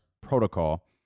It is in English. protocol